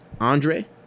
Andre